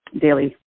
daily